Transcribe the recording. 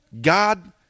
God